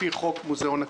על-פי חוק מוזיאון הכנסת.